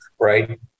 right